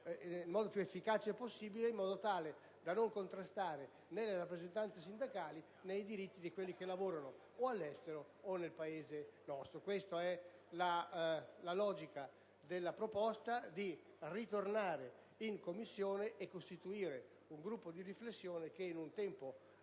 nel modo più efficace possibile, in modo tale da non contrastare né le rappresentanze sindacali, né i diritti di quelli che lavorano all'estero o nel nostro Paese. La logica della proposta è di ritornare in Commissione e costituire un gruppo di riflessione, coordinato dai